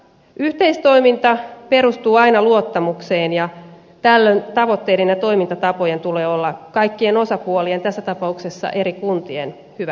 yhteistoiminta perustuu aina luottamukseen ja tällöin tavoitteiden ja toimintatapojen tulee olla kaikkien osapuolien tässä tapauksessa eri kuntien hyväksymiä